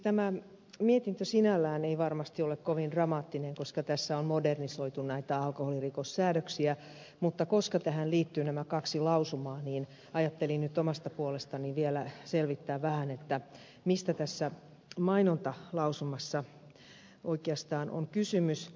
tämä mietintö sinällään ei varmasti ole kovin dramaattinen tässä on modernisoitu näitä alkoholirikossäädöksiä mutta koska tähän liittyy nämä kaksi lausumaa niin ajattelin nyt omasta puolestani vielä selvittää vähän mistä tässä mainontalausumassa oikeastaan on kysymys